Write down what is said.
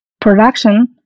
production